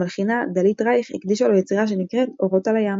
המלחינה דלית רייך הקדישה לו יצירה שנקראת "אורות על הים".